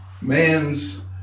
man's